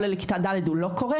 הוא עולה לכיתה ד' והוא לא קורא,